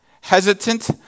hesitant